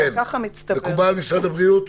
מקובל, משרד הבריאות?